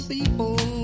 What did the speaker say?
People